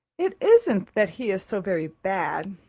it isn't that he is so very bad.